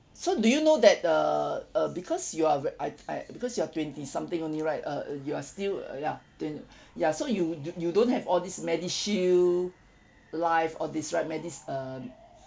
so do you know that err uh because you're very I I because you're twenty something only right uh uh you're still uh ya tw~ ya so you you don't have all these MediShield life all this right medis~ uh